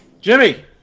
jimmy